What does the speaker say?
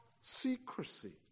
secrecy